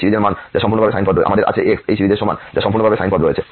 সুতরাং আমাদের আছে x এই সিরিজের সমান যা সম্পূর্ণরূপে সাইন পদ রয়েছে